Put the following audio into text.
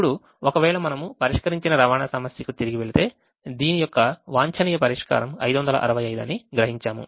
ఇప్పుడు ఒకవేళ మనము పరిష్కరించిన రవాణా సమస్యకు తిరిగి వెళితే దీని యొక్క వాంఛనీయ పరిష్కారం 565 అని గ్రహించాము